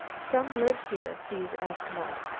some live here, these eskimo.